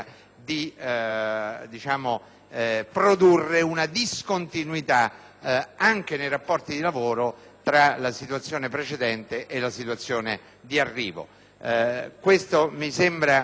di produrre una discontinuità anche nei rapporti di lavoro tra la situazione precedente e quella di arrivo. Mi sembra